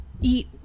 eat